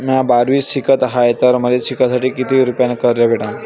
म्या बारावीत शिकत हाय तर मले शिकासाठी किती रुपयान कर्ज भेटन?